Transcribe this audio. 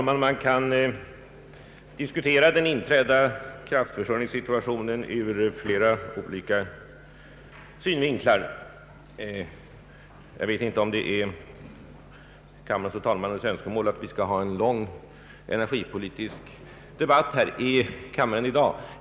Man kan diskutera den inträdda = kraftförsörjningssituationen ur flera olika synvinklar. Jag vet inte om det är kammarens och talmannens önskemål att vi skall ha en lång energipolitisk debatt här i kammaren i dag.